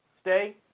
Stay